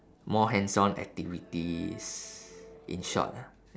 more hands on activities in short lah